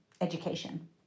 education